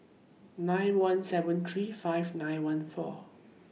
nine one seven three five nine one four